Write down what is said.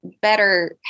better